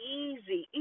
easy